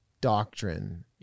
doctrine